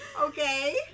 Okay